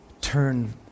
turn